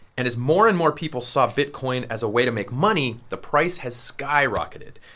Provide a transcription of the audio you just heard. and as more and more people saw bitcoin as a way to make money, the price has skyrocketed.